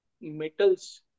metals